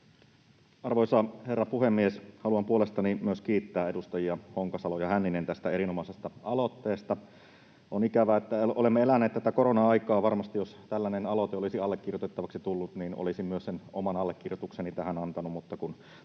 Arvoisa herra puhemies! Haluan myös puolestani kiittää edustajia Honkasalo ja Hänninen tästä erinomaisesta aloitteesta. On ikävää, että olemme eläneet tätä korona-aikaa. Varmasti, jos tällainen aloite olisi allekirjoitettavaksi tullut, olisin myös oman allekirjoitukseni tähän antanut,